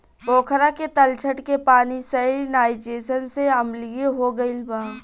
पोखरा के तलछट के पानी सैलिनाइज़ेशन से अम्लीय हो गईल बा